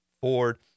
Ford